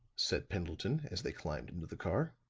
said pendleton, as they climbed into the car,